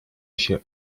się